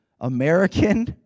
American